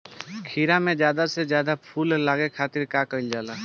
खीरा मे ज्यादा से ज्यादा फूल लगे खातीर का कईल जाला?